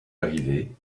arrivé